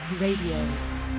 Radio